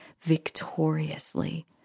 victoriously